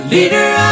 leader